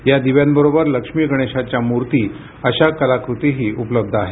या दिव्यांबरोबर लक्ष्मी गणेशाच्या मूर्ती अशा कलाकृतीही उपलब्ध आहेत